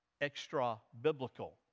extra-biblical